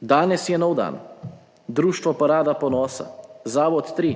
Danes je nov dan, Društvo Parada ponosa, Zavod 3.